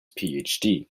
phd